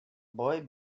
boy